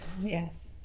Yes